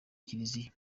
kiliziya